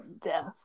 Death